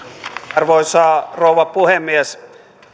arvoisa rouva puhemies